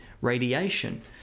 radiation